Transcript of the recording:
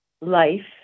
life